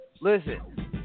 Listen